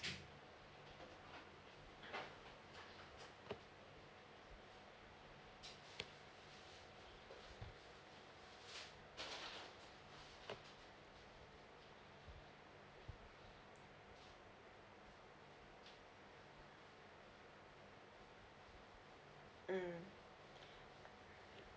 mm